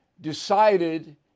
decided